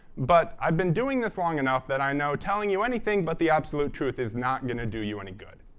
but i've been doing this long enough that i know telling you anything but the absolute truth is not going to do you any good.